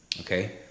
Okay